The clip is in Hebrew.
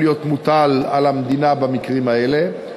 להיות מוטל על המדינה במקרים האלה,